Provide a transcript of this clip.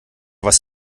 was